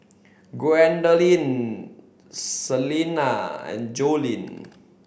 Gwendolyn Celina and Joleen